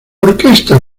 orquesta